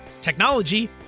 technology